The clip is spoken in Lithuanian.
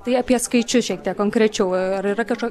tai apie skaičius šiek tiek konkrečiau ar yra kažko